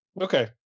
Okay